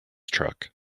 truck